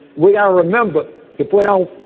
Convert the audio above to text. we've got to remember if we're all